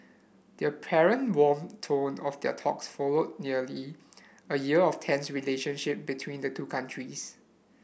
the apparent warm tone of their talks followed nearly a year of tense relationship between the two countries